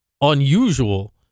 unusual